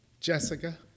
Jessica